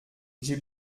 j’ai